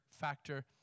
factor